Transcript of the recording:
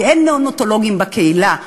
כי אין נאונטולוגים בקהילה,